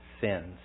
sins